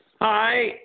Hi